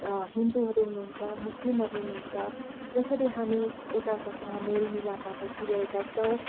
हिन्दूहरू हुनुहुन्छ मुस्लिमहरू हुनुहुन्छ जसरी हामी एक अर्कासँग मेल मिलापमा बसिहरेका छौँ